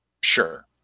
Sure